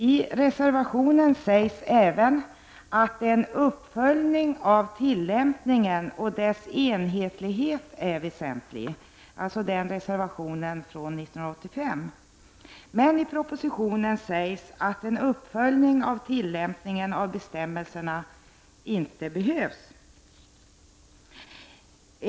I reservationen från 1985 sades också att en uppföljning av tillämpningens enhetlighet var väsentlig. Men i propositionen nu sägs att en uppföljning av tillämpningen av bestämmelserna inte behövs.